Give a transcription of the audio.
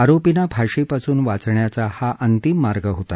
आरोपींना फाशीपासून वाचण्याचा हा अंतिम मार्ग होता